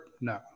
No